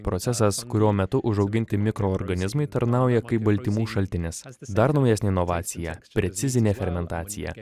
procesas kurio metu užauginti mikroorganizmai tarnauja kaip baltymų šaltinis dar naujesnė inovacija precizinė fermentacija